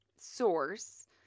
source